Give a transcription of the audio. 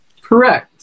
Correct